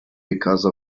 because